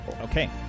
Okay